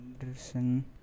Anderson